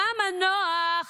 כמה נוח